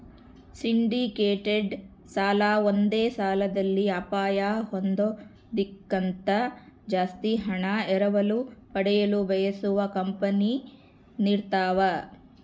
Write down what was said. syndicated ಸಾಲ ಒಂದೇ ಸಾಲದಲ್ಲಿ ಅಪಾಯ ಹೊಂದೋದ್ಕಿಂತ ಜಾಸ್ತಿ ಹಣ ಎರವಲು ಪಡೆಯಲು ಬಯಸುವ ಕಂಪನಿ ನೀಡತವ